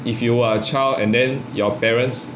if you are a child and then your parents